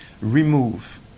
remove